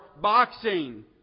boxing